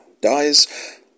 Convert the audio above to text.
dies